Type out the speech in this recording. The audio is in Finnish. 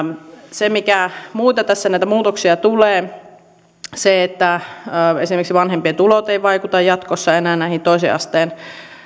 mitä muita muutoksia tässä tulee esimerkiksi vanhempien tulot eivät vaikuta jatkossa enää toisen asteen